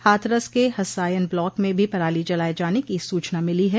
हाथरस के हसायन ब्लॉक में भी पराली जलाये जाने की सूचना मिली है